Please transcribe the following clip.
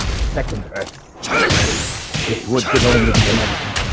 second dress it's wood could only be american